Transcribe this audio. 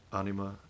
anima